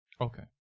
Okay